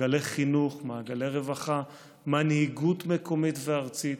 מעגלי חינוך, מעגלי רווחה, מנהיגות מקומית וארצית.